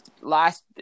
Last